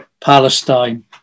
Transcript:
Palestine